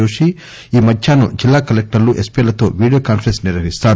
జోషి ఈ మధ్యాహ్సం జిల్లా కలెక్టర్లు ఎస్పీలతో వీడియో కాన్పరెన్స్ నిర్వహిస్తారు